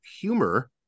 humor